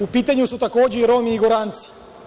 U pitanju su, takođe, i Romi i Goranci.